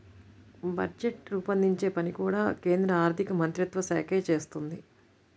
budget రూపొందించే పని కూడా కేంద్ర ఆర్ధికమంత్రిత్వ శాఖే చేస్తుంది